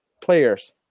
players